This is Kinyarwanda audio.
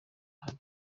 ahari